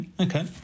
okay